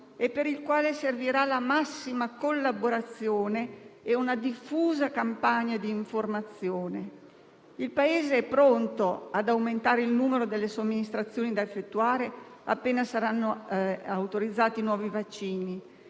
e per il quale serviranno la massima collaborazione e una diffusa campagna di informazione. Il Paese è pronto ad aumentare il numero delle somministrazioni da effettuare, appena saranno autorizzati i nuovi vaccini.